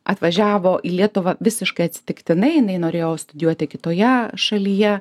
atvažiavo į lietuvą visiškai atsitiktinai jinai norėjo studijuoti kitoje šalyje